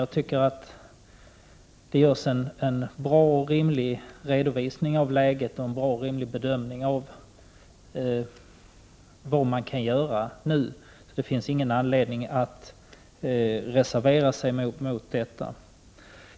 Jag tycker att det görs en bra och rimlig redovisning av läget och en bra och rimlig bedömning av vad som kan göras nu, och det finns inte någon anledning att reservera sig mot detta.